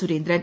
Surendran